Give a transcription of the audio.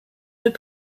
deux